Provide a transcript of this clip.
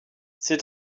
ces